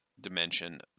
dimension